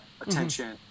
attention